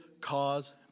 cause